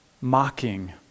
mocking